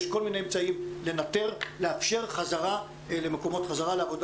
אני עושה הפרדה בין המורים לבין עמדת המורים.